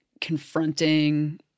confronting